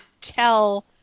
tell